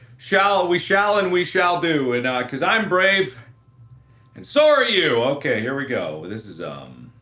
shall we shall and we shall do and not because i'm brave and so are you okay? here we go. this is um,